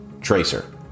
tracer